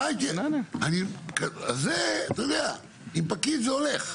אז זה, אתה יודע, עם פקיד זה הולך.